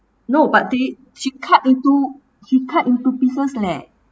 no but they she cut into she cut into pieces leh